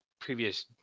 previous